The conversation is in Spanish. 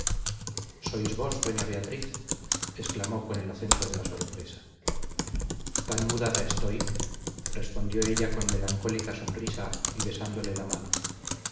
sois vos doña beatriz exclamó con el acento de la sorpresa tan mudada estoy respondió ella con melancólica sonrisa y besándole la mano